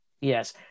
Yes